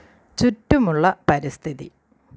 ചുറ്റുമുള്ള പരിസ്ഥിതി